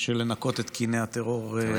של לנקות את קיני הטרור שם.